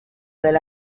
del